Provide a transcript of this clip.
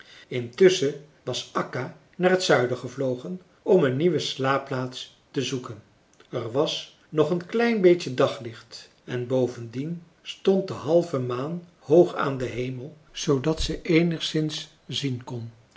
intusschen was akka naar t zuiden gevlogen om een nieuwe slaapplaats te zoeken er was nog een klein beetje daglicht en bovendien stond de halve maan hoog aan den hemel zoodat ze eenigszins zien kon